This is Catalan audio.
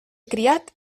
criat